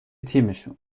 تیمشون